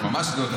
ממש לא.